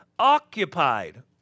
occupied